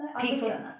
people